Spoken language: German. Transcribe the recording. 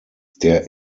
der